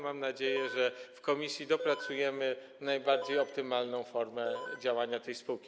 Mam nadzieję, że w komisji opracujemy najbardziej optymalną formę działania tej spółki.